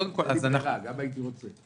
אי אפשר, גם אם הייתי רוצה.